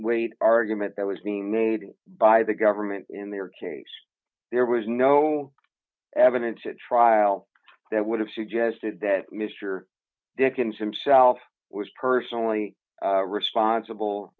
weight argument that was being made by the government in their case there was no evidence at trial that would have suggested that mr dickens him self was personally responsible